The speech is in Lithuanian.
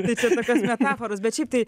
tai čia tokios metaforos bet šiaip tai